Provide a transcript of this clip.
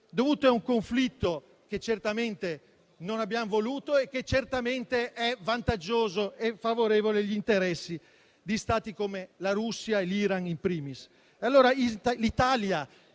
dovute a un conflitto che certamente non abbiamo voluto e che certamente è vantaggioso e favorevole agli interessi di Stati come la Russia e l'Iran *in primis*.